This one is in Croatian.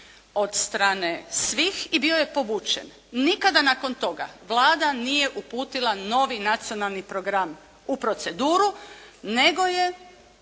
od strane svih i bio je povučen. Nikada nakon toga Vlada nije uputila novi nacionalni program u proceduru nego je